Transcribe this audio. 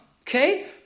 Okay